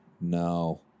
No